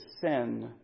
sin